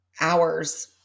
hours